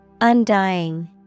Undying